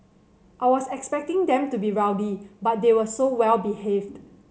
I was expecting them to be rowdy but they were so well behaved